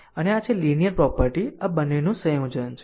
આમ આ linear property બંનેનું સંયોજન છે